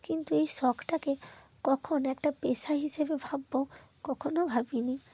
কিন্তু এই শখটাকে কখন একটা পেশা হিসেবে ভাবব কখনও ভাবিনি